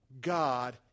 God